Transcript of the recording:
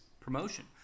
promotion